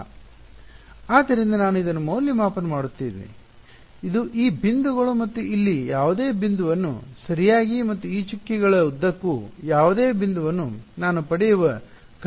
ವಿದ್ಯಾರ್ಥಿ ಸಮಯ ನೋಡಿ 0922 ಆದ್ದರಿಂದ ನಾನು ಇದನ್ನು ಮೌಲ್ಯಮಾಪನ ಮಾಡುತ್ತಿದ್ದೇನೆ ಇದು ಈ ಬಿಂದುಗಳು ಮತ್ತು ಇಲ್ಲಿ ಯಾವುದೇ ಬಿಂದುವನ್ನು ಸರಿಯಾಗಿ ಮತ್ತು ಈ ಚುಕ್ಕೆಗಳ ಉದ್ದಕ್ಕೂ ಯಾವುದೇ ಬಿಂದುವನ್ನು ನಾನು ಪಡೆಯುವ ಘಟಕವನ್ನು ತೆಗೆದುಕೊಳ್ಳುತ್ತೇನೆ